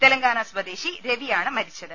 തെലങ്കാന സ്വദേശി രവി ആണ് മരിച്ചത്